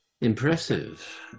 Impressive